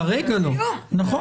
כרגע לא, נכון.